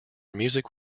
music